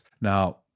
Now